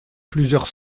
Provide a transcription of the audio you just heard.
plusieurs